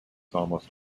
almost